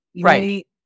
Right